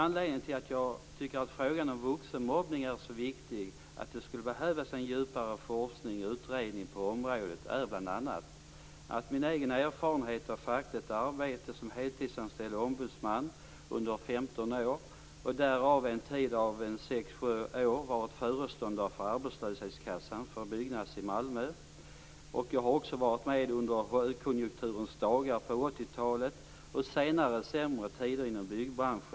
Anledningen till att jag tycker att frågan om vuxenmobbning är så viktig att det behövs en djupare forskning och utredning på området är bl.a. min egen erfarenhet av fackligt arbete som heltidsanställd ombudsman under 15 år. Jag har också under en tid av sex sju år varit föreståndare för arbetslöshetskassan för Byggnads i Malmö. Jag har varit med under högkonjunkturens dagar på 80-talet och också senare när det har varit sämre tider inom byggbranschen.